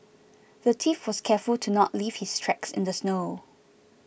the thief was careful to not leave his tracks in the snow